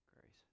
Grace